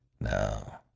no